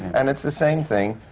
and it's the same thing,